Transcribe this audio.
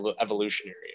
evolutionary